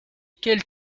quel